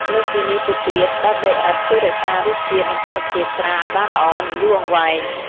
លើសពីនេះទៅទៀតដបដីឥដ្ឋជួយរក្សារសជាតិ និងគុណភាពស្រាឱ្យបានល្អ និងយូរអង្វែង។